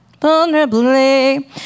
vulnerably